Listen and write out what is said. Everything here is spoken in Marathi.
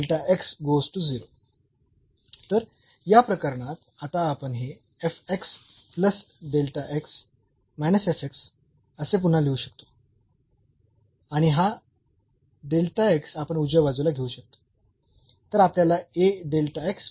तर या प्रकरणात आता आपण हे असे पुन्हा लिहू शकतो आणि हा आपण उजव्या बाजूला घेऊ शकतो